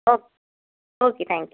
okay okay thank you